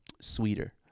sweeter